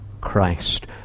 Christ